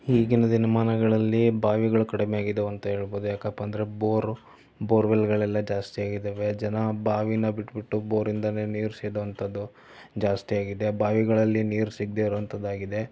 ಈಗಿನ ದಿನಮಾನಗಳಲ್ಲಿ ಬಾವಿಗಳು ಕಡಿಮೆ ಆಗಿದವಂತ ಹೇಳ್ಬೋದು ಯಾಕಪ್ಪ ಅಂದರೆ ಬೋರ್ ಬೋರ್ವೆಲ್ಗಳೆಲ್ಲ ಜಾಸ್ತಿ ಆಗಿದ್ದಾವೆ ಜನ ಬಾವಿನ ಬಿಟ್ಟುಬಿಟ್ಟು ಬೋರಿಂದಲೇ ನೀರು ಸೇದುವಂಥದ್ದು ಜಾಸ್ತಿ ಆಗಿದೆ ಬಾವಿಗಳಲ್ಲಿ ನೀರು ಸಿಗದೇ ಇರುವಂಥದ್ದಾಗಿದೆ